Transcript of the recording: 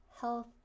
health